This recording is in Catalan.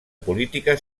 política